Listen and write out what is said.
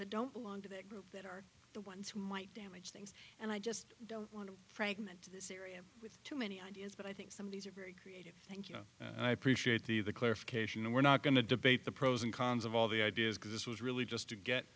that don't belong to that group that are the ones who might damage things and i just don't want to fragment this with too many ideas but i think some of these are very thank you and i appreciate the the clarification and we're not going to debate the pros and cons of all the ideas because this was really just to get